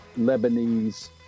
Lebanese